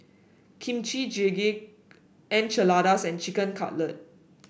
Kimchi Jjigae Quesadillas and Chicken Cutlet